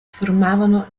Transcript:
formavano